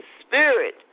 Spirit